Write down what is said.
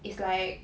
it's like